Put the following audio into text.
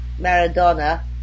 Maradona